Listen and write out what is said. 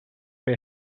bij